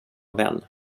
vän